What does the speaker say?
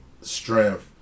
strength